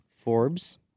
Forbes